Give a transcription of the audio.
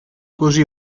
così